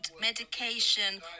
medication